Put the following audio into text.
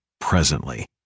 presently